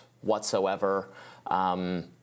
whatsoever